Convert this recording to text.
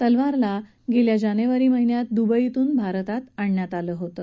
तलवार याला गम्र्म्या जानवारी महिन्यात द्बईतून भारतात आणण्यात आलं होतं